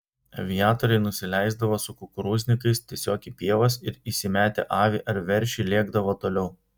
aviatoriai nusileisdavo su kukurūznikais tiesiog į pievas ir įsimetę avį ar veršį lėkdavo toliau